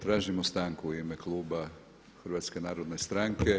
Tražimo stanku u ime kluba HNS-a.